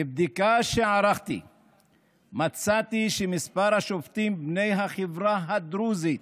מבדיקה שערכתי מצאתי שמספר השופטים בני החברה הדרוזית